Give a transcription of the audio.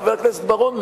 חבר הכנסת בר-און,